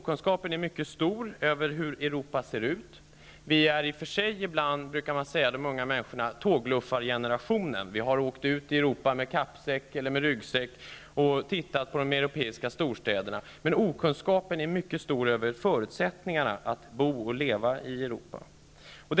Kunskapen om hur Europa ser ut är mycket bristfällig. Unga människor av i dag kallar sig för tågluffargenerationen. De har åkt ut i Europa med ryggsäck och besökt de europeiska storstäderna, men kunskapen om förutsättningarna att bo och leva i Europa är liten.